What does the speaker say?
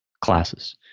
classes